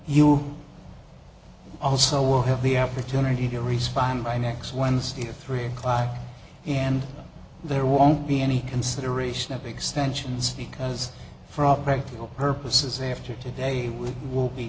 you also will have the opportunity to respond by next wednesday at three o'clock and there won't be any consideration of extensions because for all practical purposes after today we will be